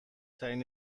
ترین